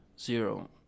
Zero